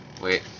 Wait